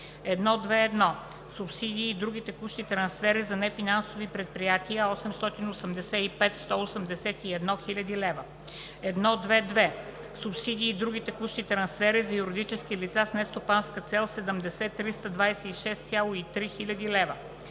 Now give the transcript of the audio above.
1.2.1. Субсидии и други текущи трансфери за нефинансови предприятия 885 181,0 хил. лв. 1.2.2. Субсидии и други текущи трансфери за юридически лица с нестопанска цел 70 326,3 хил. лв.